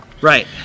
Right